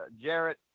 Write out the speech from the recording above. Jarrett